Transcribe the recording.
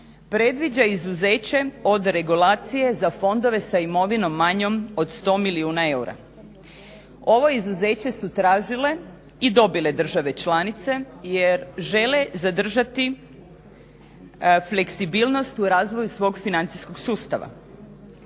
predviđa izuzeće od regulacije za fondove s imovinom manjom od 100 milijuna eura. Ovo izuzeće su tražile i dobile države članice jer žele zadržati fleksibilnost u razvoju svog financijskog sustava.